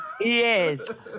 Yes